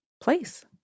place